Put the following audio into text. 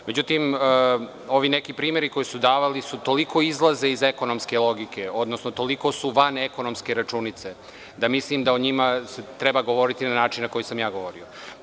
Međutim, ovi neki primeri koji su dati, toliko izlaze iz ekonomske logike, tj. toliko su van ekonomske računice da mislim da o njima treba govoriti na način na koji sam ja govorio.